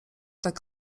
tak